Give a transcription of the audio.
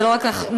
זה לא רק מעכשיו,